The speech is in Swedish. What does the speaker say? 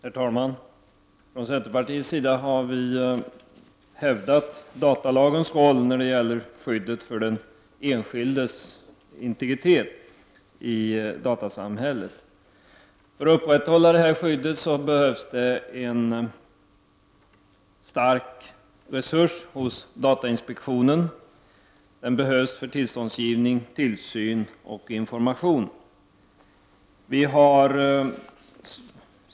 Herr talman! Från centerpartiets sida har vi hävdat datalagens roll när det gäller skyddet för den enskildes integritet i datasamhället. För att upprätthålla detta skydd behövs det en stark resurs hos datainspektionen; den behövs för tillståndsgivning, tillsyn och information.